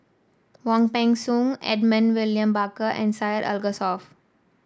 Wong Peng Soon Edmund William Barker and Syed Alsagoff